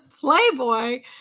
Playboy